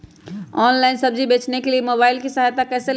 Online सब्जी बेचने के लिए मोबाईल की सहायता कैसे ले?